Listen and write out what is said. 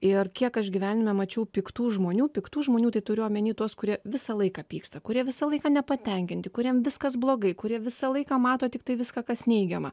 ir kiek aš gyvenime mačiau piktų žmonių piktų žmonių tai turiu omeny tuos kurie visą laiką pyksta kurie visą laiką nepatenkinti kuriem viskas blogai kurie visą laiką mato tiktai viską kas neigiama